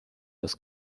das